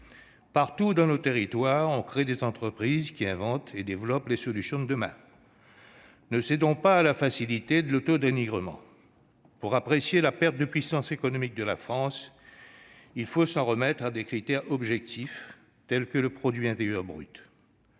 Partout, dans nos territoires, des entreprises se créent qui inventent et développent les solutions de demain. Ne cédons pas à la facilité de l'autodénigrement. Pour apprécier la perte de puissance économique de la France, il faut s'en remettre à des critères objectifs, tels que le produit intérieur brut.